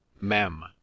mem